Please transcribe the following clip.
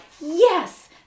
Yes